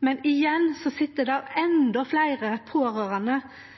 men igjen sit det endå fleire pårørande